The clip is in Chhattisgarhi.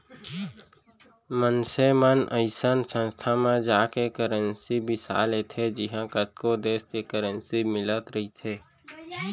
मनसे मन अइसन संस्था म जाके करेंसी बिसा लेथे जिहॉं कतको देस के करेंसी मिलत रहिथे